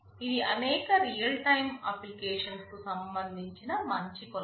ఇది అనేక real time applications కు సంబంధించి మంచి కొలత